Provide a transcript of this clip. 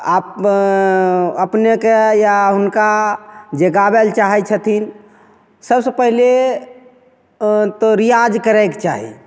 आप अपनेके या हुनका जे गावेल चाहय छथिन सबसँ पहले तऽ रियाज करयके चाही